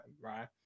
right